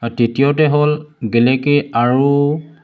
আৰু তৃতীয়তে হ'ল গেলেকী আৰু